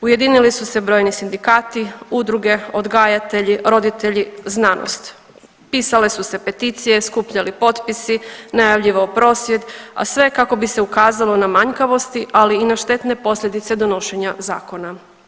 Ujedinili su se brojni sindikati, udruge, odgajatelji, roditelji, znanost pisale su se peticije, skupljali potpisi, najavljivao prosvjed, a sve kako bi se ukazalo na manjkavosti, ali i na štetne posljedice donošenja zakona.